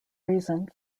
reason